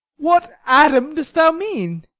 what adam dost thou mean?